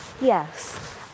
Yes